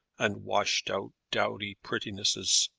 and washed-out, dowdy prettinesses?